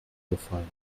befallen